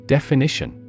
Definition